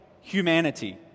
humanity